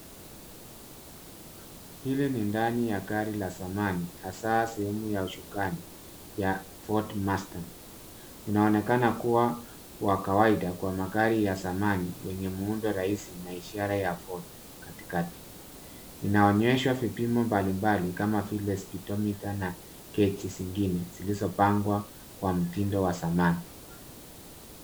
Hili ni ndani ya gari la zamani hasa sehemu ya usukani ya Ford Mustang. Unaonekana kuwa wa kawaida kwa magari ya zaamni yenye muundo rahisi na ishara ya Ford katikati. Inaonyeshwa vipimo mbalimbali kama vile speedometer na gegi zingine zilizopangwa kwa mtindo wa zamani.